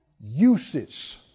Uses